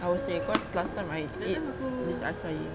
I will say cause last time I eat acai